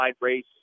race